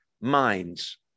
minds